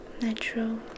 natural